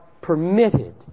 permitted